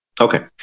Okay